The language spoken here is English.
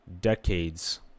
decades